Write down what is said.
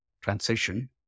transition